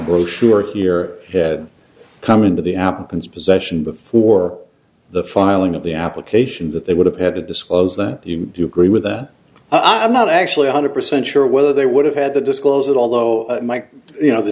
brochure here had come into the atkins possession before the filing of the application that they would have had to disclose that you do agree with that i'm not actually hundred percent sure whether they would have had to disclose that although you know the